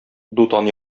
дутан